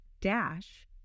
dash